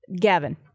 Gavin